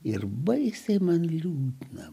ir baisiai man liūdna